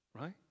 right